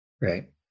right